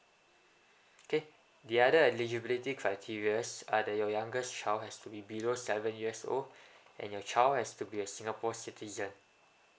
okay the other eligibility criteria are that your youngest child has to be below seven years old and your child has to be a singapore citizen